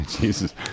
jesus